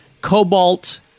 Cobalt